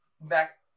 back